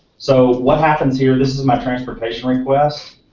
so what happens here, this is my transportation request.